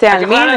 בתי עלמין,